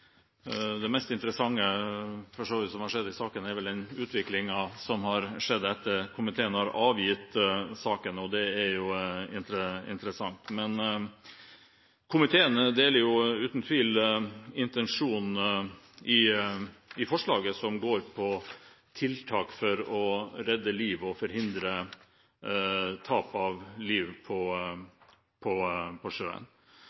Det mest interessante som har skjedd i saken, er vel den utviklingen som har skjedd etter at komiteen avga sin innstilling. Komiteen deler uten tvil intensjonen i forslaget, som går på tiltak for å redde liv og forhindre tap av liv på sjøen. Ser man litt historisk på